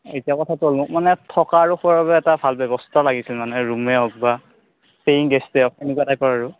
এতিয়া কথাটো হ'ল মোক মানে থকা আৰু খোৱাৰ বাবে এটা ভাল ব্যৱস্থা লাগিছিল মানে ৰুমেই হওক বা পেয়িং গেষ্টেই হওক এনেকুৱা টাইপৰ আৰু